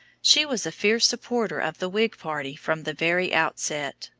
she was a fierce supporter of the whig party from the very outset.